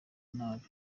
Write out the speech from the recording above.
nabi